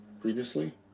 previously